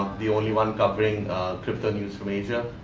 the only one covering crypto news from asia.